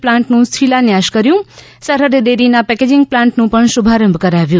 પ્લાન્ટનું શિલાન્યાસ કર્યુ સરહદ ડેરીના પેકેજીંગ પ્લાન્ટનું પણ શુભારંભ કરાવ્યું